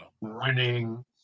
winning